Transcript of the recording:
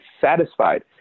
satisfied